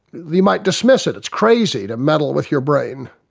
you might dismiss it, it's crazy to meddle with your brain.